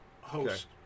host